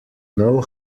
know